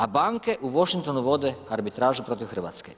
A banke u Washingtonu vode arbitražu protiv Hrvatske.